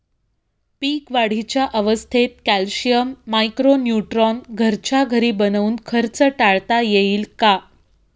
पीक वाढीच्या अवस्थेत calcium, micro neutron घरच्या घरी बनवून खर्च टाळता येईल का?